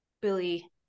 Billy